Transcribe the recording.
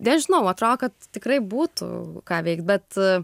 nežinau atrodo kad tikrai būtų ką veikt bet